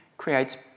Creates